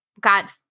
got